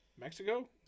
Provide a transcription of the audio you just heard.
Mexico